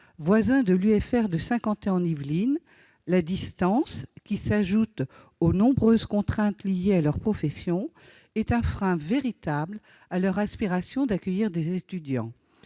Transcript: voisins de l'UFR de Saint-Quentin-en-Yvelines, la distance, qui s'ajoute aux nombreuses contraintes liées à leur profession, est un frein véritable à leur aspiration d'accueillir des étudiants.